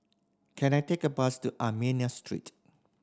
can I take a bus to Armenian Street